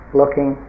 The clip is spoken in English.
looking